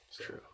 True